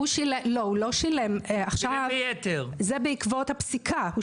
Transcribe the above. הוא שילם ביתר בעקבות הפסיקה.